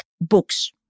books